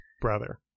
brother